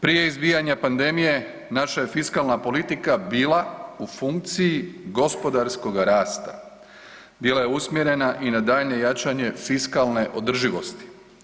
Prije izbijanja pandemije naša je fiskalna politika bila u funkciji gospodarskoga rasta, bila je usmjerena i na daljnje jačanje fiskalne održivosti.